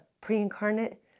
pre-incarnate